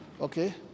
okay